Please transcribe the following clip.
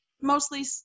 mostly